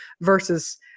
versus